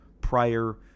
prior